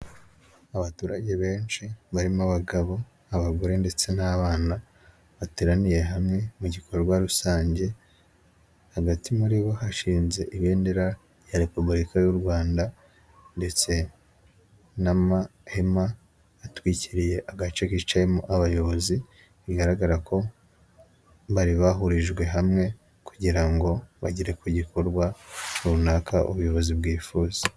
Abaturage benshi barimo abagabo, abagore ndetse n'abana bateraniye hamwe mu gikorwa rusange. Hagati muri bo hashinze ibendera rya Repubulika y'u Rwanda ndetse n'amahema atwikiriye agace kicayemo abayobozi, bigaragara ko bari bahurijwe hamwe kugira ngo bagere ku gikorwa runaka ubuyobozi bwifuza.